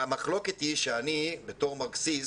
המחלוקת היא שאני בתור מרקסיסט,